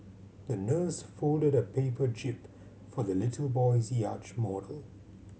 the nurse folded a paper jib for the little boy's yacht model